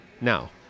now